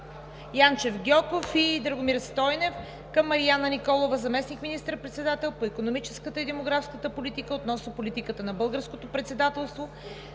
Георги Гьоков и Драгомир Стойнев към Мариана Николова – заместник-министър председател по икономическата и демографската политика, относно политиката на Българското председателство